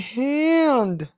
hand